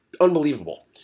unbelievable